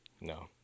No